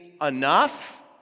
enough